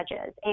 judges